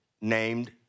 named